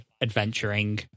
adventuring